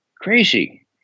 crazy